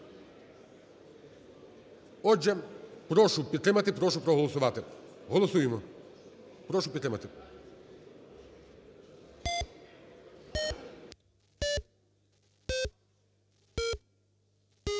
Отже, прошу підтримати, прошу проголосувати. Голосуємо. Прошу підтримати.